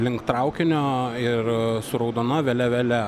link traukinio ir su raudona vėliavėle